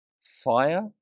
fire